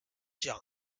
jiang